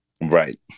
Right